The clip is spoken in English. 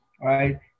right